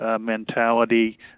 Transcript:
mentality